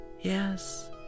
Yes